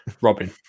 Robin